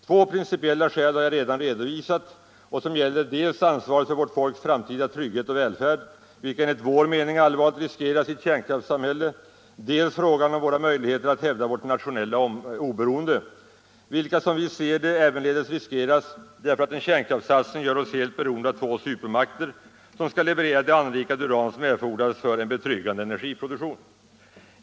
Två principiella skäl har jag redan redovisat som gäller dels ansvaret för vårt folks framtida trygghet och välfärd, vilka enligt vår mening allvarligt riskeras i ett kärnkraftssamhälle, dels frågan om våra möjligheter att hävda vårt nationella oberoende, vilka som vi ser det ävenledes riskeras därför att en kärnkraftssatsning gör oss helt beroende av två supermakter som skall leverera det anrikade uran som erfordras för en betryggande energiproduktion.